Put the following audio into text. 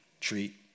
treat